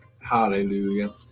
Hallelujah